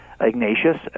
Ignatius